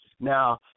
Now